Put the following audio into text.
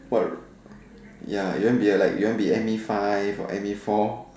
what ya you want be like a M_E five or M_E four